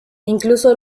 incluso